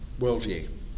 worldview